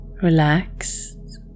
relaxed